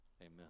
amen